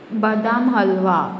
बदाम हलवा